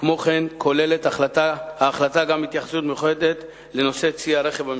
כמו כן כוללת ההחלטה התייחסות מיוחדת לנושא צי הרכב הממשלתי.